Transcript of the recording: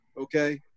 okay